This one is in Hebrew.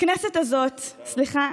הכנסת הזאת, סליחה.